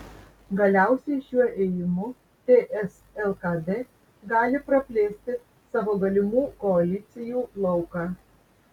galiausiai šiuo ėjimu ts lkd gali praplėsti savo galimų koalicijų lauką